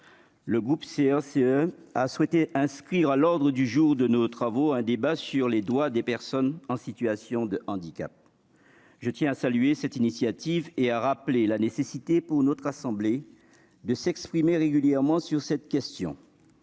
le groupe CRCE a souhaité inscrire à l'ordre du jour de nos travaux un débat sur les droits des personnes en situation de handicap. Je tiens à saluer cette initiative et à rappeler la nécessité pour notre assemblée de s'exprimer régulièrement sur cette question.